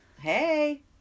Hey